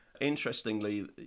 Interestingly